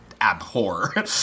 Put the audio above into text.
abhor